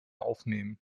aufnehmen